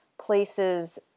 places